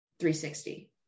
360